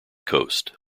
coast